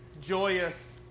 joyous